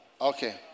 Okay